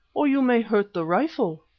or you may hurt the rifle.